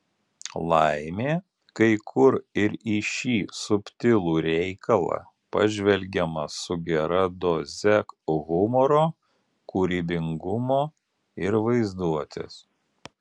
laimė kai kur ir į šį subtilų reikalą pažvelgiama su gera doze humoro kūrybingumo ir vaizduotės